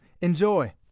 Enjoy